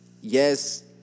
yes